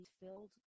filled